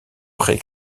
pré